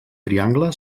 triangle